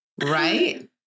Right